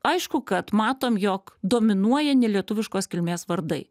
aišku kad matom jog dominuoja nelietuviškos kilmės vardai